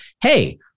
Hey